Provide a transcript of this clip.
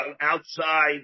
outside